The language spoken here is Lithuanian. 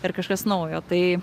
ir kažkas naujo tai